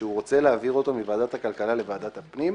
שהוא רוצה להעביר אותו מוועדת הכלכלה לוועדת הפנים.